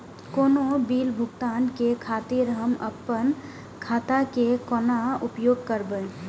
कोनो बील भुगतान के खातिर हम आपन खाता के कोना उपयोग करबै?